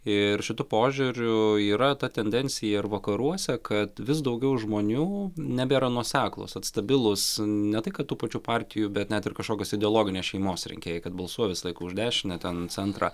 ir šitu požiūriu yra ta tendencija ir vakaruose kad vis daugiau žmonių nebėra nuoseklūs vat stabilūs ne tai kad tų pačių partijų bet net ir kažkokios ideologinės šeimos rinkėjai kad balsuoja visąlaik už dešinę ten centrą